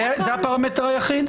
זה הפרמטר היחיד?